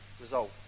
resolve